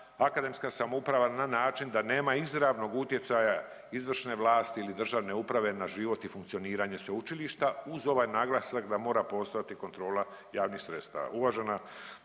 akademska samouprava na način da nema izravnog utjecaja izvršne vlasti ili državne uprave na život i funkcioniranje sveučilišta uz ovaj naglasak da mora postojati kontrola javnih sredstava.